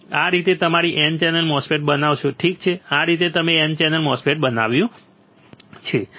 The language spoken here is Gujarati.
આ રીતે તમે તમારી N ચેનલ MOSFET બનાવશો ઠીક છે આ રીતે તમે N ચેનલ MOSFET બનાવ્યું છે